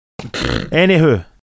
Anywho